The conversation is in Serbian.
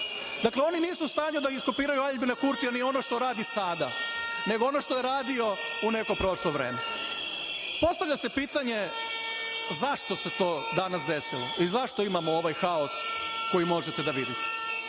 Dakle, oni nisu u stanju da iskopiraju Aljbina Kurtija ni ono što radi sada, nego ono što je radio u neko prošlo vreme. Postavlja se pitanje zašto se to danas desilo i zašto imamo ovaj haos koji možete da vidite?